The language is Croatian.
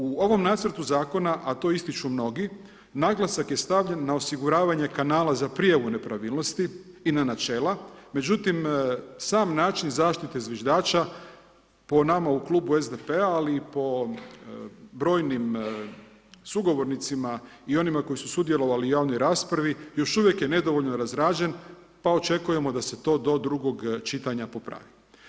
U ovom nacrtu zakona, a to ističu mnogi, naglasak je stavljen na osiguravanje kanala za prijavu nepravilnosti i na načela, međutim sam način zaštite zviždača po nama u klubu SDP-a, ali i po brojnim sugovornicima i onima koji su sudjelovali u javnoj raspravi još uvijek je nedovoljno razrađen pa očekujemo da se to do drugog čitanja popravi.